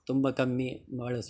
ತುಂಬ ಕಮ್ಮಿ ಬಳಸೋದು